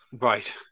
right